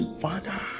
Father